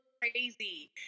crazy